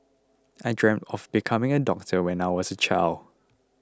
I dreamt of becoming a doctor when I was a child